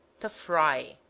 to fry